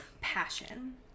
passion